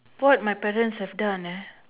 what my parents have done ah